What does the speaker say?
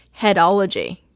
headology